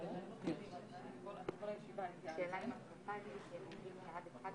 הישיבה נעולה.